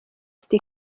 ifite